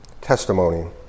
testimony